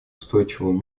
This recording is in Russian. устойчивого